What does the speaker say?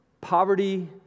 poverty